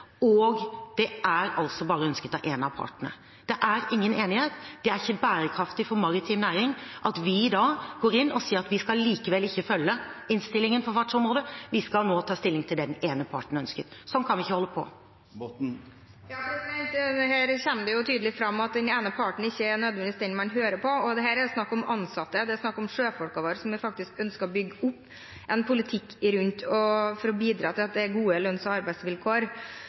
og om det vil være juridisk mulig å gjennomføre – og det er altså bare ønsket av en av partene. Det er ingen enighet. Det er ikke bærekraftig for maritim næring at vi da går inn og sier at vi likevel ikke skal følge innstillingen fra Fartsområdeutvalget, vi skal ta stilling til det som den ene parten ønsker. Sånn kan vi ikke holde på. Her kom det jo tydelig fram at den ene parten ikke nødvendigvis er den man hører på, og her er det snakk om ansatte. Det er snakk om sjøfolkene våre, at vi faktisk ønsker å bygge opp en politikk for å bidra til gode lønns- og arbeidsvilkår